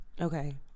Okay